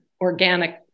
organic